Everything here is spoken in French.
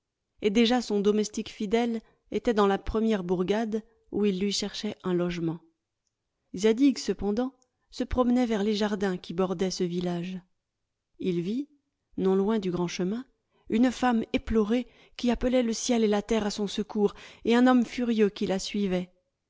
et déjà son domestique fidèle était dans la première bourgade où il lui cherchait un logement zadig cependant se promenait vers les jardins qui bordaient ce village il vit non loin du grand chemin une femme éplorée qui appelait le ciel et la terre à son secours et un homme furieux qui la suivait